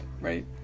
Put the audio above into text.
right